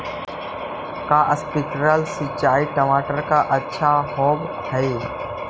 का स्प्रिंकलर सिंचाई टमाटर ला अच्छा होव हई?